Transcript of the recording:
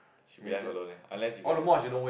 should be left alone leh unless you can